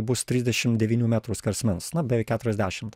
bus trisdešim devynių metrų skersmens na beveik keturiasdešimt